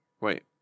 Wait